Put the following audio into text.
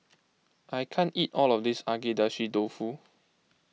I can't eat all of this Agedashi Dofu